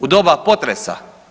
U doba potresa.